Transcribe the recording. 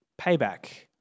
payback